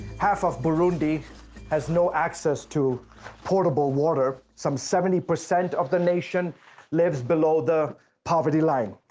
half of burundi has no access to portable water. some seventy percent of the nation lives below the poverty line.